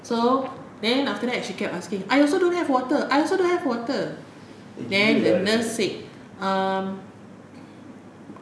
so then after that she kept asking I also don't have water I also don't have water then the nurse said um